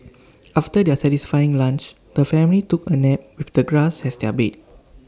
after their satisfying lunch the family took A nap with the grass as their bed